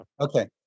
Okay